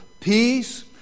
Peace